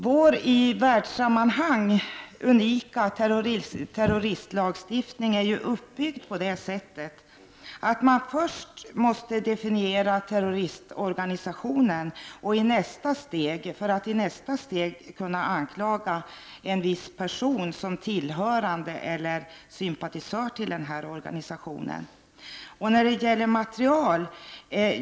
Vår i världssammanhang unika terroristlagstiftning är uppbyggd så att man först måste definiera terroristorganisationen för att i nästa steg kunna anklaga en viss person som tillhörande eller sympatisör till organisationen.